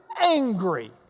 angry